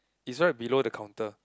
is right below the counter